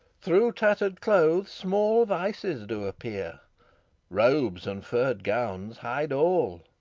through tatter'd clothes small vices do appear robes and furr'd gowns hide all.